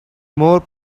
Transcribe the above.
more